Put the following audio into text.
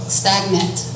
stagnant